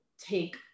take